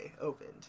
opened